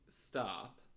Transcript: stop